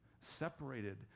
separated